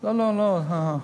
לאותם עסקים.